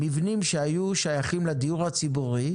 מבנים שהיו שייכים לדיור הציבורי,